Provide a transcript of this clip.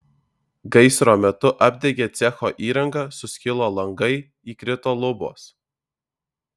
gaisro metu apdegė cecho įranga suskilo langai įkrito lubos